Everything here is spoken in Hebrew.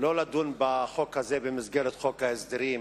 שלא לדון בחוק הזה במסגרת חוק ההסדרים,